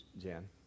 Jan